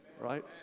right